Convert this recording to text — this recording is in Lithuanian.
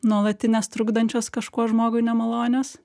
nuolatinės trukdančios kažkuo žmogui nemalonios